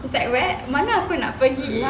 was like what mana aku nak pergi